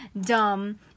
dumb